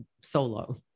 solo